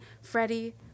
Freddie